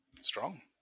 strong